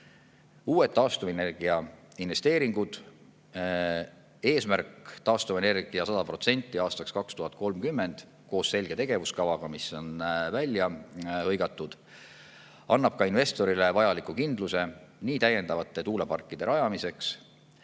uued taastuvenergia investeeringud. Eesmärk taastuvenergia 100% aastaks 2030 koos selge tegevuskavaga, mis on välja hõigatud, annab ka investorile vajaliku kindluse nii täiendavate tuuleparkide rajamiseks